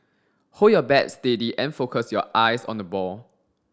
hold your bat steady and focus your eyes on the ball